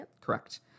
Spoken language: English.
Correct